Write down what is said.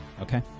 Okay